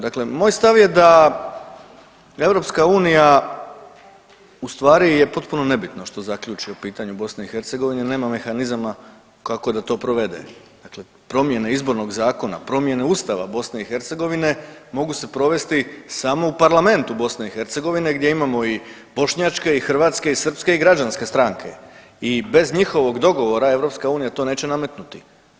Dakle, moj stav je da EU ustvari je potpuno nebitno što zaključi o pitanju BiH jer nema mehanizama kako da to provede, dakle promjene izbornog zakona, promjene Ustava BiH mogu se provesti samo u Parlamentu BiH gdje imamo i bošnjačke i hrvatske i srpske i građanske stranke i bez njihovog dogovora EU to neće nametnuti.